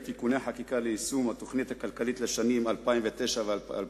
(תיקוני חקיקה ליישום התוכנית הכלכלית לשנים 2010 ו-2009),